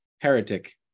Heretic